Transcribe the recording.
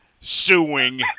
suing